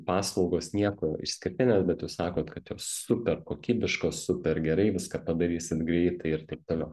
paslaugos nieko išskirtinės bet jūs sakot kad jos super kokybiškos super gerai viską padarysit greitai ir taip toliau